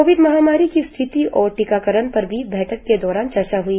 Covid महामारी की स्थिति और टीकाकरण पर भी बैठक के दौरान चर्चा हई